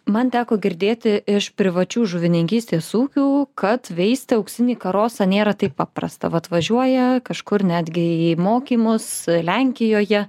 man teko girdėti iš privačių žuvininkystės ūkių kad veisti auksinį karosą nėra taip paprasta vat važiuoja kažkur netgi į mokymus lenkijoje